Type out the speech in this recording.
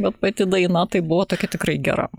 bet pati daina tai buvo tokia tikrai gera